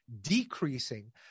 decreasing